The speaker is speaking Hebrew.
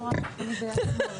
אלמוג, אתה איתנו.